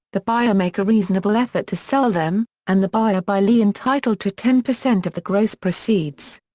the buyer make a reasonable effort to sell them, and the buyer bailee entitled to ten percent of the gross proceeds.